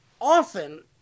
often